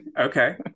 Okay